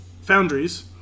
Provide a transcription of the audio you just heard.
foundries